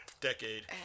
decade